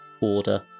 order